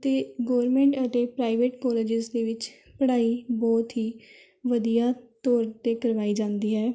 ਅਤੇ ਗੌਰਮੈਂਟ ਅਤੇ private colleges ਦੇ ਵਿੱਚ ਪੜ੍ਹਾਈ ਬਹੁਤ ਹੀ ਵਧੀਆ ਤੌਰ 'ਤੇ ਕਰਵਾਈ ਜਾਂਦੀ ਹੈ